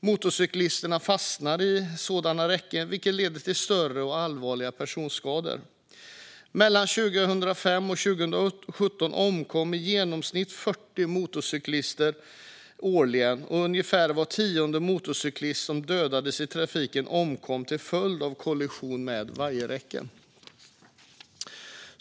Motorcyklister fastnar i sådana räcken, vilket leder till större och allvarligare personskador. Mellan 2005 och 2017 omkom i genomsnitt 40 motorcyklister årligen, och ungefär var tionde motorcyklist som dödades i trafiken omkom till följd av kollision med vajerräcke.